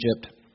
Egypt